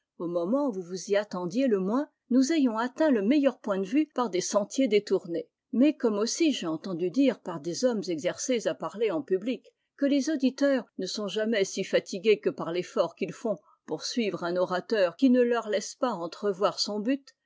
au moment où vous vous y attendiez le moins nous ayons atteint le meilleur point de vue par des sentiers détournés mais comme aussi j'ai entendu dire par des hommes exercés à parler en public que les auditeurs ne sont jamais si fatigués que par l'effort qu'ils font pour suivre un orateur qui ne leur laisse pas entrevoir son but